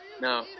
No